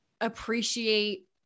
appreciate